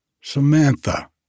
Samantha